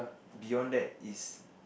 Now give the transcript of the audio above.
beyond that is